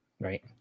right